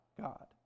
God